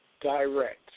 direct